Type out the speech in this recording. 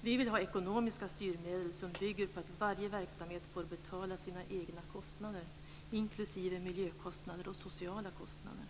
Vi vill ha ekonomiska styrmedel som bygger på att varje verksamhet får betala sina egna kostnader, inklusive miljökostnader och sociala kostnader.